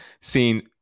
seen